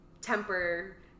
temper